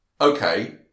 Okay